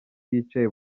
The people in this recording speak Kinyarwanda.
yicaye